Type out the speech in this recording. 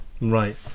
Right